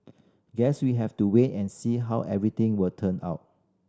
guess we have to wait and see how everything will turn out